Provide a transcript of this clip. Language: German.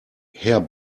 herr